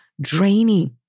draining